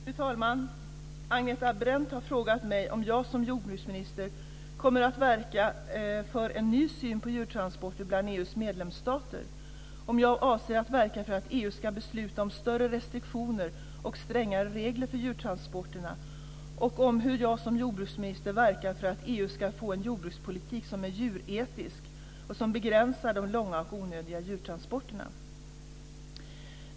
Fru talman! Agneta Brendt har frågat mig om jag som jordbruksminister kommer att verka för en ny syn på djurtransporter bland EU:s medlemsstater, om jag avser att verka för att EU ska besluta om större restriktioner och strängare regler för djurtransporterna samt hur jag som jordbruksminister verkar för att EU ska få en jordbrukspolitik som är djuretisk och som begränsar de långa och onödiga djurtransporterna.